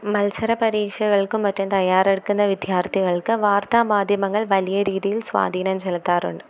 മത്സരപരീക്ഷകൾക്കും മറ്റും തയ്യാറെടുക്കുന്ന വിദ്യാർത്ഥികൾക്ക് വാർത്ത മാധ്യമങ്ങൾ വലിയ രീതിയിൽ സ്വാധീനം ചെലുത്താറുണ്ട്